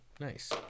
nice